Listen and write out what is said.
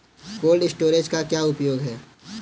Cold storage का क्या उपयोग है?